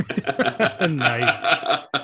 nice